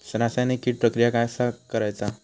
रासायनिक कीड प्रक्रिया कसा करायचा?